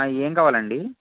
ఆ ఏం కావాలి అండి